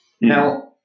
Now